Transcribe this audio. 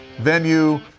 venue